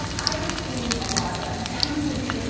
um i have seen a lot of adam sandler movies.